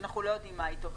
שאנחנו לא יודעים מה איתו.